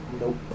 Nope